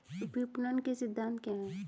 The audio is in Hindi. विपणन के सिद्धांत क्या हैं?